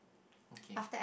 okay